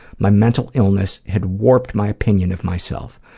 my mental illness had warped my opinion of myself.